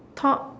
top